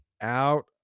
out